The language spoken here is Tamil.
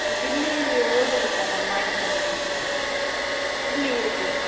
கில்லி ஓடுது மேடம் வாங்கிக்கோங்க நீங்கள் கில்லி இருக்குது